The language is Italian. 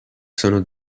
sono